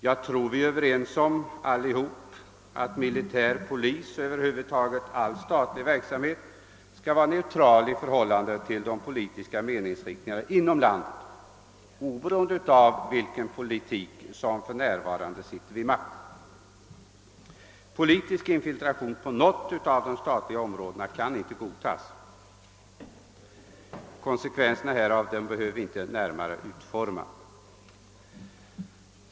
Jag tror att vi alla är överens om att militär, polis och över huvud taget all statlig verksamhet skall vara neutral i förhållande till de politiska meningsriktningarna inom landet, oberoende av vilket politiskt parti som för närvarande sitter vid makten. Politisk infiltration kan inte godtagas på något av de statliga områdena. Konsekvenserna härav behöver jag inte utforma närmare.